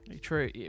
True